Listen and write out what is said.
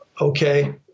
okay